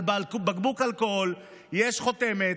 על בקבוק אלכוהול יש חותמת,